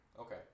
Okay